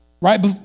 Right